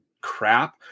crap